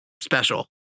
special